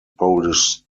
polish